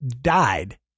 died